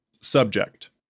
Subject